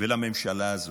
ולממשלה הזאת,